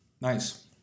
Nice